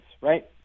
right